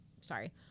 sorry